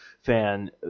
Fan